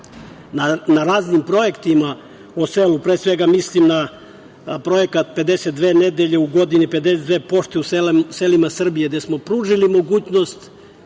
na raznim projektima o selu, pre svega mislim na projekat „52 nedelje u godini, 52 pošte u selima Srbije“, gde smo pružili mogućnost